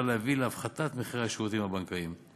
להביא להפחתת מחירי השירותים הבנקאיים,